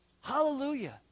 Hallelujah